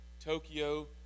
Tokyo